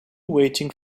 waiting